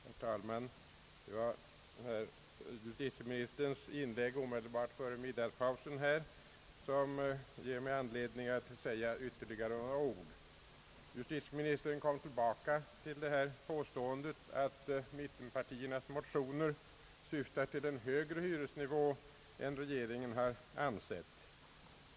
Herr talman! Herr justitieministerns inlägg omedelbart före middagspausen ger mig anledning att säga ytterligare några ord. Justitieministern kom tillbaka till påståendet, att mittenpartiernas motioner syftar till en högre hyresnivå än den regeringen har ansett böra fastställas.